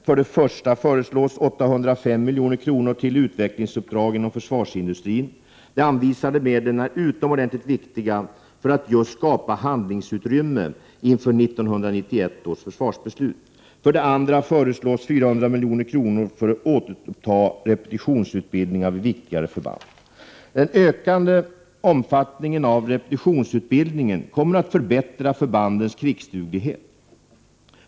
För det första föreslås 805 milj.kr. till utvecklingsuppdrag inom försvarsindustrin. De anvisade medlen är utomordentligt viktiga för att just skapa handlingsutrymme inför 1991 års försvarsbeslut. För det andra föreslås 400 milj.kr. för att återuppta repetitionsutbildning vid viktigare förband. Den ökade omfattningen av repetitionsutbildning kommer att förbättra förbandens krigsduglighet.